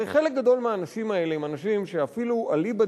הרי חלק גדול מהאנשים האלה הם אנשים שאפילו אליבא